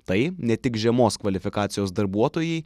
tai ne tik žemos kvalifikacijos darbuotojai